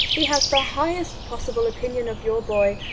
he has the highest possible opinion of your boy.